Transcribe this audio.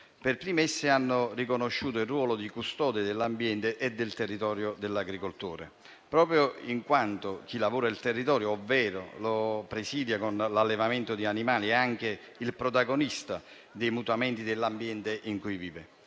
Per prime esse hanno riconosciuto il ruolo di custode dell'ambiente e del territorio dell'agricoltore, proprio in quanto chi lavora il territorio, ovvero lo presidia con l'allevamento di animali, è anche il protagonista dei mutamenti dell'ambiente in cui vive.